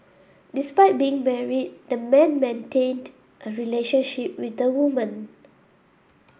despite being married the man maintained a relationship with the woman